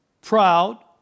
proud